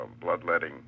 bloodletting